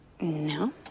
No